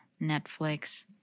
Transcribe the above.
Netflix